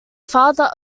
father